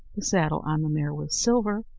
the saddle on the mare was silver,